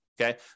okay